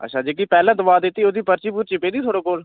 अच्छा जेह्की पैह्लें दवा दित्ती ओह्दी पर्ची पुर्ची पेदी ऐ थुआढ़े कोल